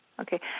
Okay